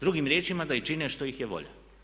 Drugim riječima da čine što ih je volja.